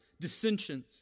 dissensions